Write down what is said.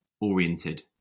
oriented